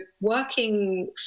working